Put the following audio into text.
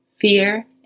fear